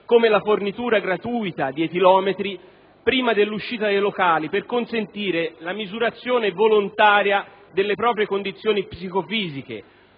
come la fornitura gratuita di etilometri prima dell'uscita dai locali, per consentire la misurazione volontaria delle proprie condizioni psicofisiche,